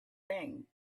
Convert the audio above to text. thing